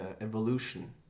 evolution